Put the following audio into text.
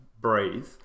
Breathe